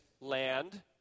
land